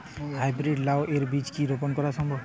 High breed লাও এর বীজ কি রোপন করা সম্ভব?